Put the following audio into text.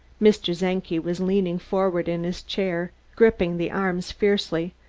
mr. czenki was leaning forward in his chair, gripping the arms fiercely,